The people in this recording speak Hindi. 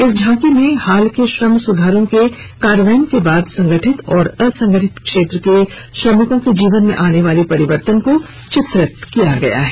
इस झांकी में हाल के श्रम सुधारों के कार्यान्वयन के बाद संगठित और असंगठित क्षेत्र के श्रमिकों के जीवन में आने वाले परिवर्तन को चित्रित किया गया है